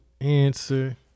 answer